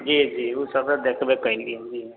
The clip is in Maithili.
जी जी ओ सबे देखबे कइली जी